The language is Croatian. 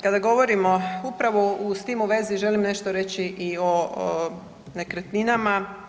Kada govorimo upravo s tim u vezi, želim nešto reći i o nekretninama.